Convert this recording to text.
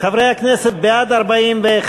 חברי הכנסת, בעד, 41,